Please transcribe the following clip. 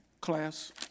Class